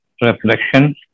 reflection